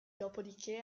dopodiché